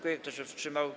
Kto się wstrzymał?